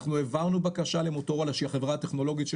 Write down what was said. אנחנו העברנו בקשה למוטורולה שהיא החברה הטכנולוגית של